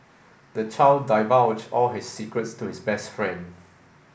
the child divulged all his secrets to his best friend